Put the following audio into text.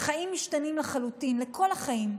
החיים משתנים לחלוטין, לכל החיים.